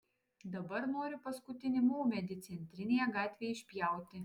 dabar nori paskutinį maumedį centrinėje gatvėje išpjauti